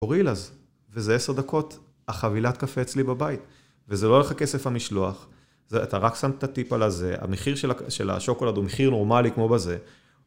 אורילאז, וזה 10 דקות, החבילה קפה אצלי בבית, וזה לא עולה לך כסף המשלוח, אתה רק שם את הטיפ על הזה, המחיר של השוקולד הוא מחיר נורמלי כמו בזה.